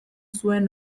zuen